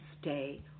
stay